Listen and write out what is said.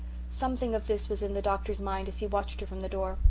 something of this was in the doctor's mind as he watched her from the door.